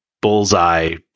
bullseye